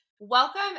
Welcome